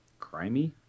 Crimey